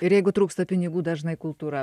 ir jeigu trūksta pinigų dažnai kultūra